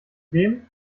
dem